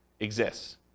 exists